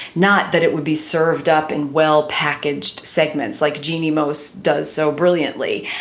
not that it would be served up and well packaged segments like jenie most does so brilliantly.